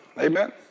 Amen